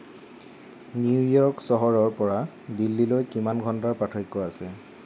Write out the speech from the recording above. New York চহৰৰ পৰা দিল্লীলৈ কিমান ঘন্টাৰ পাৰ্থক্য আছে